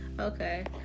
okay